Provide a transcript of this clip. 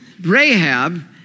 Rahab